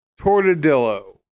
tortadillo